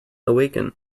awaken